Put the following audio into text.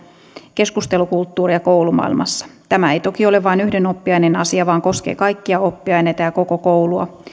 keskustelukulttuuria koulumaailmassa tämä ei toki ole vain yhden oppiaineen asia vaan koskee kaikkia oppiaineita ja koko koulua